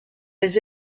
les